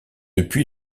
depuis